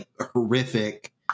horrific